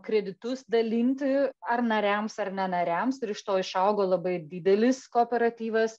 kreditus dalinti ar nariams ar ne nariams ir iš to išaugo labai didelis kooperatyvas